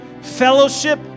fellowship